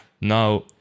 Now